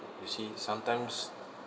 you see sometimes